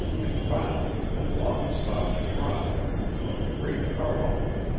and found the long-sought shrine of the great carbuncle!